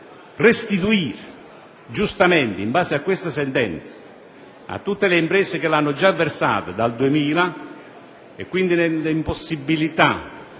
restituire (giustamente, in base a tale sentenza) a tutte le imprese che l'abbiano già versata dal 2000, e trovandosi quindi nell'impossibilità